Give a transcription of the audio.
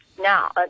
Now